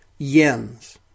yens